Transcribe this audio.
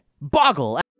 Boggle